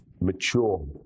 mature